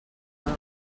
cava